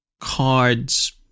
cards